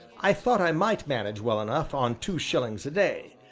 i thought i might manage well enough on two shillings a day,